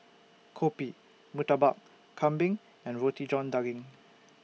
Kopi Murtabak Kambing and Roti John Daging